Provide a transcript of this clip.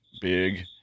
big